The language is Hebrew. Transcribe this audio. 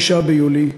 6 ביולי,